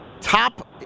top